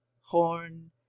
horn